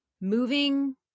moving